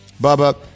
Bubba